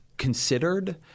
Considered